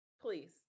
please